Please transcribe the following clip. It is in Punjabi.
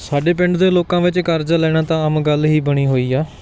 ਸਾਡੇ ਪਿੰਡ ਦੇ ਲੋਕਾਂ ਵਿੱਚ ਕਰਜਾ ਲੈਣਾ ਤਾਂ ਆਮ ਗੱਲ ਹੀ ਬਣੀ ਹੋਈ ਆ